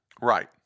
Right